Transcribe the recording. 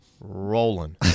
Rolling